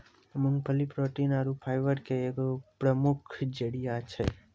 मूंगफली प्रोटीन आरु फाइबर के एगो प्रमुख जरिया छै